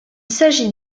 s’agit